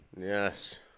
yes